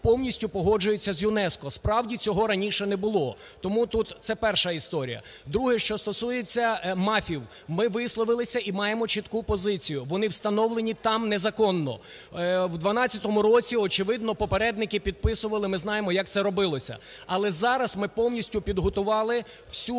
повністю погоджуються з ЮНЕСКО. Справді цього раніше не було, тому тут це перше історія. Друге, що стосується МАФів. Ми висловилися і маємо чітку позицію: вони встановлені там незаконного. В 12 році, очевидно, попередники підписували, ми знаємо, як це робилося, але зараз ми повністю підготували всю